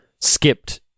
skipped